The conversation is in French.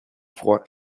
froid